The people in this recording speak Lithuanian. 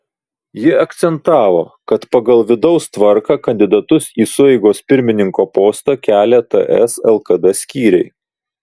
ji akcentavo kad pagal vidaus tvarką kandidatus į sueigos pirmininko postą kelia ts lkd skyriai